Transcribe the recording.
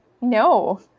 No